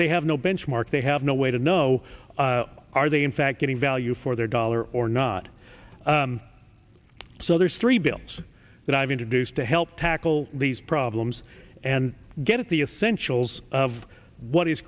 they have no benchmark they have no way to know are they in fact getting value for their dollar or not so there's three bills that i've introduced to help tackle these problems and get at the essential of what is